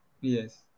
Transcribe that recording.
Yes